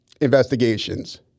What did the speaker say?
Investigations